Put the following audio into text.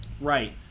Right